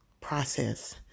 process